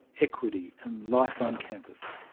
equity and life on campus.